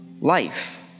life